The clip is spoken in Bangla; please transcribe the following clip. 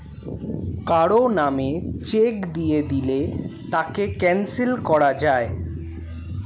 কারো নামে চেক দিয়ে দিলে তাকে ক্যানসেল করা যায়